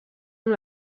amb